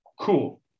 cool